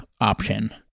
option